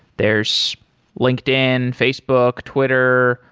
there's linkedin, facebook, twitter,